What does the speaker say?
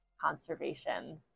conservation